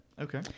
Okay